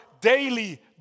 daily